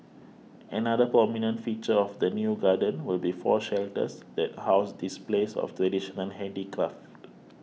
another prominent feature of the new garden will be four shelters that house displays of traditional handicraft